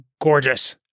gorgeous